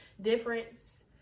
difference